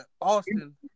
Austin